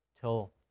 till